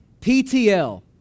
PTL